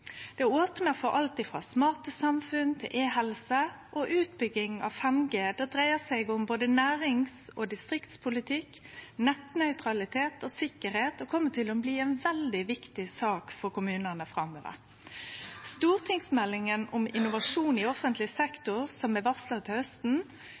Det opnar for alt frå smarte samfunn til e-helse. Utbygging av 5G dreier seg om både nærings- og distriktspolitikk, nettnøytralitet og sikkerheit, og kjem til å bli ei veldig viktig sak for kommunane framover. Stortingsmeldinga om innovasjon i offentleg